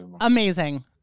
amazing